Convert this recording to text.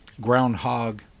groundhog